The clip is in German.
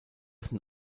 sind